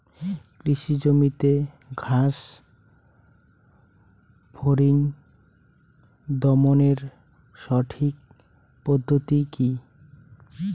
কৃষি জমিতে ঘাস ফরিঙ দমনের সঠিক পদ্ধতি কি?